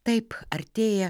taip artėja